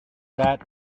that